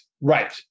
Right